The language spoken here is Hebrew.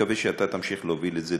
אני מקווה שאתה תמשיך להוביל את זה,